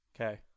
Okay